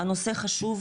הנושא חשוב,